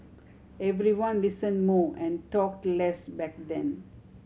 everyone listened more and talked less back then